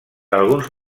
alguns